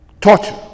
Torture